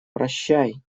прощай